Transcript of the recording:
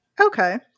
okay